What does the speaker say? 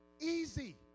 easy